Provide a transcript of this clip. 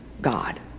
God